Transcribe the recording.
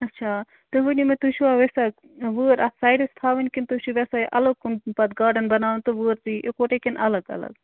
اچھا تُہۍ ؤنِو مےٚ تُہۍ چھُوا وٮ۪ژھان وٲر اَکھ سایڈَس تھاوٕنۍ کِنہٕ تُہۍ چھُو وٮ۪ژھان یہِ الگ کُن پتہٕ گاڈَن بَناوُن تہٕ وٲر تہٕ یہِ اِکوَٹٕے کِن اَلَگ اَلَگ